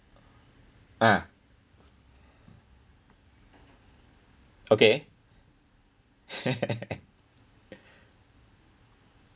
ah okay